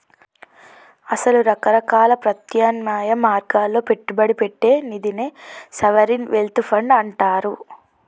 అసల రకరకాల ప్రత్యామ్నాయ మార్గాల్లో పెట్టుబడి పెట్టే నిదినే సావరిన్ వెల్త్ ఫండ్ అంటారు